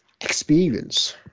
experience